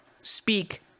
speak